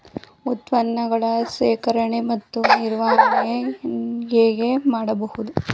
ಉತ್ಪನ್ನಗಳ ಶೇಖರಣೆ ಮತ್ತು ನಿವಾರಣೆಯನ್ನು ಹೇಗೆ ಮಾಡಬಹುದು?